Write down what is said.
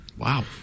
Wow